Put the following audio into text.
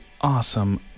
awesome